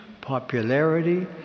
popularity